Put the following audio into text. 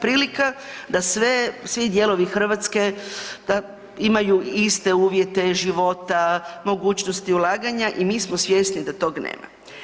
Prilika da svi dijelovi Hrvatske da imaju iste uvjete života, mogućnosti ulaganja i mi smo svjesni da tog nema.